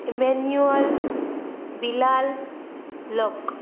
manual બિલાલ લક